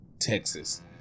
Texas